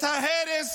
את ההרס